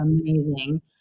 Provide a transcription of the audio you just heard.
amazing